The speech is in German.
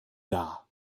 dar